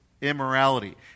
immorality